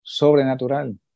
sobrenatural